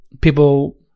People